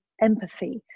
empathy